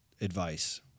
advice